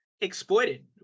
exploited